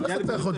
אבל איך אתה יכול?